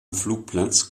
flugplatz